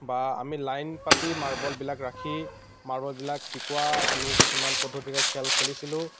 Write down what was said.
বা আমি লাইন পাতি মাৰ্বলবিলাক ৰাখি মাৰ্বলবিলাক টিকোৱা আমি কিছুমান পদ্ধতিৰে খেল খেলিছিলোঁ